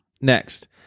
Next